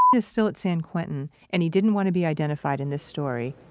is still at san quentin and he didn't want to be identified in this story.